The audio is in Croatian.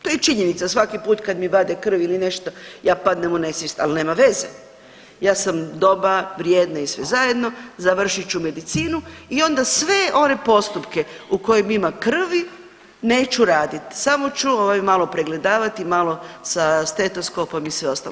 To je činjenica svaki put kad mi vade krv ili nešto ja padnem u nesvijest, ali nema veza, ja sam dobra, vrijedna i sve zajedno, završit ću medicinu i onda sve one postupke u kojim ima krvi neću radit, samo ću ovaj malo pregledavat i malo sa stetoskopom i sve ostalo.